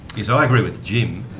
yes, i agree with jim.